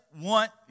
want